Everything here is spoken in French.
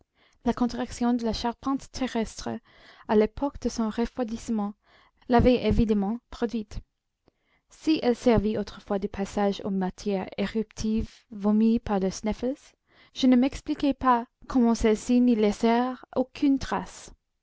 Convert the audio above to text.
la contraction de la charpente terrestre à l'époque de son refroidissement l'avait évidemment produite si elle servit autrefois de passage aux matières éruptives vomies par le sneffels je ne m'expliquais pas comment celles-ci n'y laissèrent aucune trace